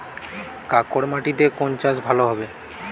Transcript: কাঁকর মাটিতে কোন চাষ ভালো হবে?